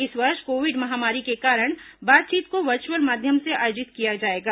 इस वर्ष कोविड महामारी के कारण बातचीत को वर्चअल माध्यम से आयोजित किया जाएगा